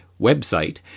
website